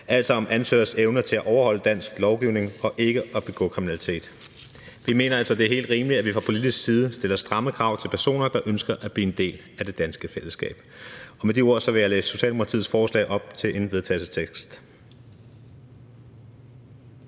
altså om ansøgers evner til at overholde dansk lovgivning og ikke begå kriminalitet. Vi mener altså, det er helt rimeligt, at vi fra politisk side stiller stramme krav til personer, der ønsker at blive en del af det danske fællesskab. Og med de ord vil jeg fremsætte Socialdemokratiets forslag til vedtagelse: